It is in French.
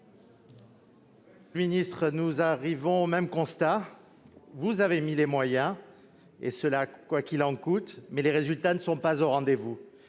Monsieur le ministre, nous arrivons au même constat : vous avez mis les moyens, et ce « quoi qu'il en coûte », mais les résultats ne sont pas au rendez-vous.